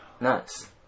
Nice